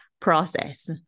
process